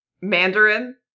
Mandarin